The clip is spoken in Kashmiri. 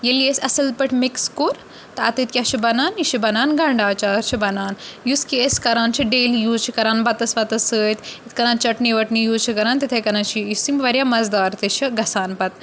ییٚلہِ یہِ أسۍ اَصٕل پٲٹھۍ مِکٕس کوٚر تہٕ اَتٮ۪تھ کیاہ چھُ بَنان یہِ چھِ بَنان گَنڈا چار چھِ بَنان یُس کہِ أسۍ کَران چھِ ڈیلی یوٗز چھِ کَران بَتَس وَتَس سۭتۍ یِتھ کَنَن چَٹنی ویٹنی یوٗز چھِ کَران تِتھَے کَنَن چھِ یُس یِم واریاہ مَزٕدار تہِ چھِ گژھان پَتہٕ